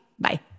Bye